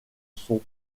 son